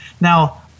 Now